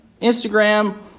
Instagram